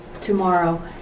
tomorrow